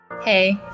Hey